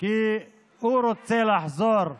כי הוא רוצה לחזור למשול,